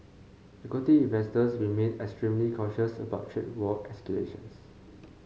equity investors remain extremely cautious about trade war escalations